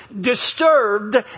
disturbed